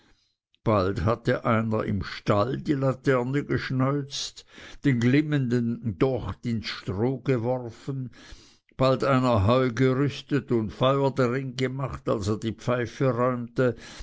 bald hatte einer im stall die laterne geschneuzt den glimmenden docht ins stroh geworfen bald einer heu gerüstet und feuer drein gemacht als er die pfeife räumte